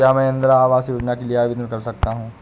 क्या मैं इंदिरा आवास योजना के लिए आवेदन कर सकता हूँ?